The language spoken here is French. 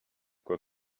quoi